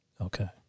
Okay